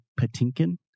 Patinkin